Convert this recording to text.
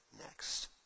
next